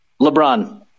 LeBron